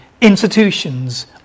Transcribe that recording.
institutions